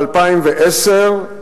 ב-2010,